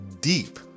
deep